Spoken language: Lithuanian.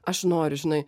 aš noriu žinai